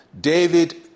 David